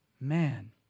man